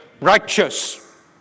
righteous